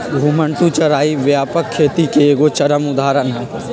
घुमंतू चराई व्यापक खेती के एगो चरम उदाहरण हइ